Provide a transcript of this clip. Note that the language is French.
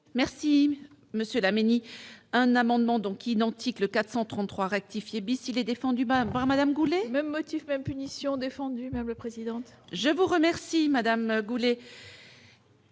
Merci monsieur Laménie un amendement donc identique le 433 rectifier bis, il est défendu par Madame Goulet, même motif, même punition, défendu le président je vous remercie Madame Goulet.